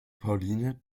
pauline